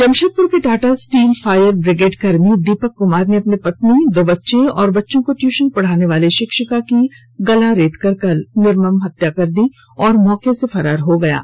जमशेदपुर के Tata steel fire brigade कर्मी दीपक कुमार ने अपनी पत्नी दो बच्चे और बच्चों को ट्यूशन पढ़ाने वाली शिक्षिका की गला रेत कर कल निर्मम हत्या कर दी और मौके से फरार हो गया है